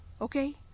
Okay